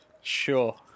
Sure